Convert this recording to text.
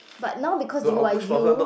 but now because you are you